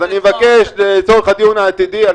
אז אני אבקש לצורך הדיון העתידי על